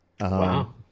Wow